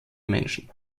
menschen